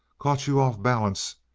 caught you off balance.